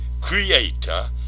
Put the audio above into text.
creator